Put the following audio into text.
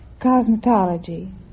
Cosmetology